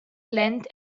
length